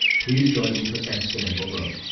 please join me for exponential growth.